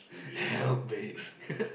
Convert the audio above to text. help me